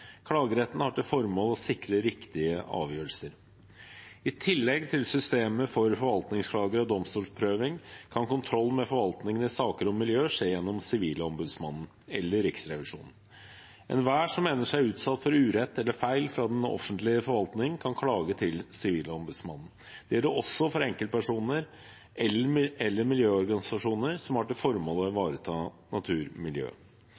Klageretten har til formål å sikre riktige avgjørelser. I tillegg til systemet for forvaltningsklager og domstolsprøving kan kontroll med forvaltningen i saker om miljø skje gjennom Sivilombudsmannen eller Riksrevisjonen. Enhver som mener seg utsatt for urett eller feil fra den offentlige forvaltningen, kan klage til Sivilombudsmannen. Det gjelder også for enkeltpersoner eller miljøorganisasjoner som har til formål å